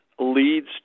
leads